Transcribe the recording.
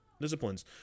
disciplines